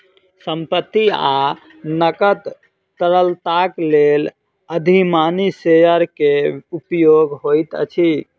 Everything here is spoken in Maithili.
संपत्ति आ नकद तरलताक लेल अधिमानी शेयर के उपयोग होइत अछि